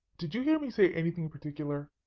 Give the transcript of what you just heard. did you hear me say anything particular?